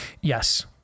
yes